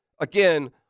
again